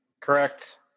Correct